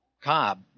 Cobb